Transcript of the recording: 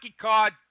card